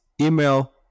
email